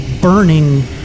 burning